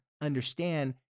understand